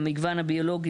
למגוון הביולוגי,